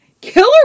Killer